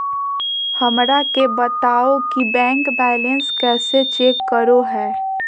हमरा के बताओ कि बैंक बैलेंस कैसे चेक करो है?